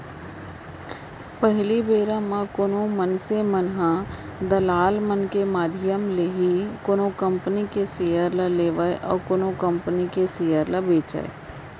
पहिली बेरा म कोनो मनसे मन ह दलाल मन के माधियम ले ही कोनो कंपनी के सेयर ल लेवय अउ कोनो कंपनी के सेयर ल बेंचय